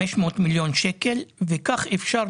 מי בעד?